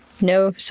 no